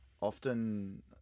Often